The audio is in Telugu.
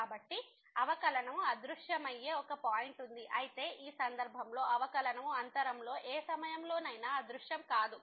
కాబట్టి అవకలనము అదృశ్యమయ్యే ఒక పాయింట్ ఉంది అయితే ఈ సందర్భంలో అవకలనము అంతరంలో ఏ సమయంలోనైనా అదృశ్యం కాదు